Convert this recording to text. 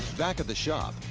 back at the shop,